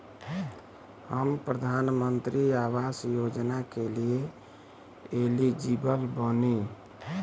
हम प्रधानमंत्री आवास योजना के लिए एलिजिबल बनी?